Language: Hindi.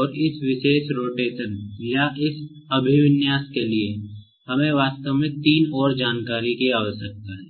और इस विशेष रोटेशन या इस अभिविन्यास के लिए हमें वास्तव में तीन और जानकारी की आवश्यकता है